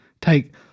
Take